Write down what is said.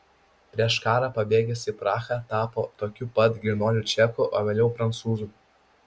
prieš karą pabėgęs į prahą tapo tokiu pat grynuoliu čeku o vėliau prancūzu